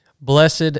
Blessed